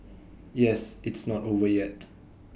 yes it's not over yet